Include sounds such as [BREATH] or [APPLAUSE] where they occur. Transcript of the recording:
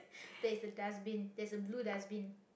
[BREATH] there is a dustbin there is a blue dustbin